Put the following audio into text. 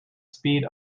speed